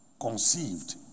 conceived